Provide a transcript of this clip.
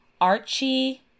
Archie